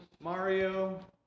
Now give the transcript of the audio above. mario